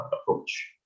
approach